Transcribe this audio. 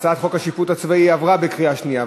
הצעת חוק השיפוט הצבאי (תיקון מס' 67) עברה בקריאה שנייה.